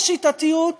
בשיטתיות,